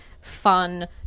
fun